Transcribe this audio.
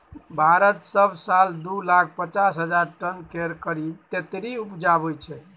भारत सब साल दु लाख पचास हजार टन केर करीब तेतरि उपजाबै छै